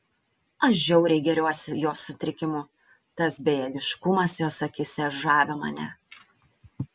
aš žiauriai gėriuosi jos sutrikimu tas bejėgiškumas jos akyse žavi mane